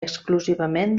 exclusivament